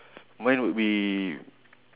mine would be